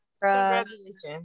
Congratulations